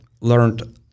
learned